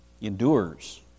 endures